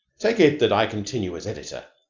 take it that i continue as editor.